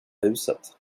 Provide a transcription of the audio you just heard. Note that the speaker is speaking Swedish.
huset